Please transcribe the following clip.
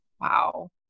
Wow